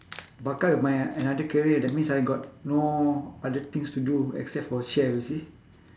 pakat with my another career that means I got no other things to do except for chef you see